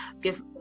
give